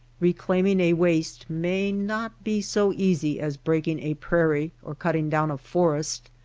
keclaiming a waste may not be so easy as break ing a prairie or cutting down a forest.